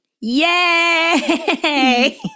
Yay